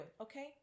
Okay